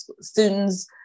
students